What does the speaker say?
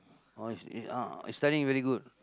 orh eh uh is studying very good